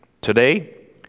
Today